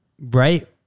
right